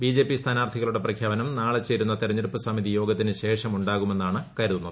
ബ്ലിജെപി സ്ഥാനാർത്ഥികളുടെ പ്രഖ്യാപനം നാളെ ചേരുന്നു പ്തിരഞ്ഞെടുപ്പ് സമിതി യോഗത്തിനുശേഷം ഉണ്ടാകുമെന്നാണ് കരുതുന്നത്